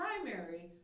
primary